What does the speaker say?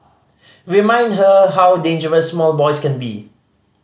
remind her how dangerous small boys can be